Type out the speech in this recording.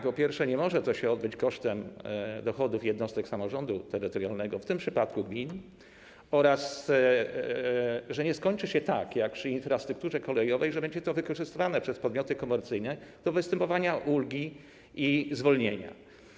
Po pierwsze, nie może to się odbyć kosztem dochodów jednostek samorządu terytorialnego, w tym przypadku gmin, oraz po drugie, nie może to skończyć się tak jak przy infrastrukturze kolejowej: że będzie to wykorzystywane przez podmioty komercyjne do występowania o ulgi i zwolnienia.